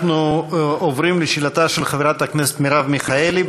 אנחנו עוברים לשאלתה של חברת הכנסת מרב מיכאלי,